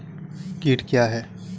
कीट क्या है?